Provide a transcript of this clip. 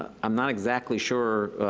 i'm not exactly sure